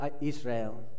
Israel